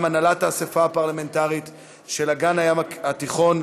הנהלת האספה הפרלמנטרית של אגן הים התיכון,